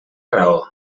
raó